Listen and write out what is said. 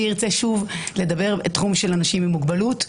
אני ארצה שוב לדבר על התחום של אנשים עם מוגבלות,